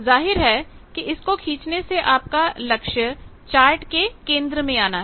जाहिर है कि इसको खींचने से आपका लक्ष्य चार्ट के केंद्र में आना है